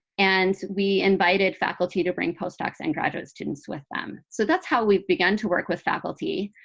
and we invited faculty to bring postdocs and graduate students with them. so that's how we've begun to work with faculty.